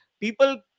people